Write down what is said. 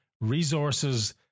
resources